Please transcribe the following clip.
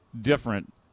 different